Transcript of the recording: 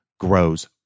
grows